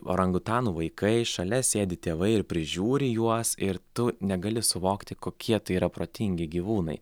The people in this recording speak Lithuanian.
orangutanų vaikai šalia sėdi tėvai ir prižiūri juos ir tu negali suvokti kokie tai yra protingi gyvūnai